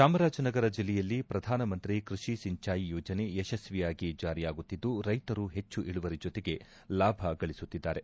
ಚಾಮರಾಜನಗರ ಜಿಲ್ಲೆಯಲ್ಲಿ ಪ್ರಧಾನಮಂತ್ರಿ ಕೃಷಿ ಸಿಂಚಾಯಿ ಯೋಜನೆ ಯಶಸ್ವಿಯಾಗಿ ಜಾರಿಯಾಗುತ್ತಿದ್ದು ರೈತರು ಹೆಚ್ಚು ಇಳುವರಿ ಜೊತೆಗೆ ಲಾಭ ಗಳಿಸುತ್ತಿದ್ದಾರೆ